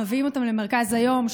מביאים אותם למרכז היום,